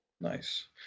Nice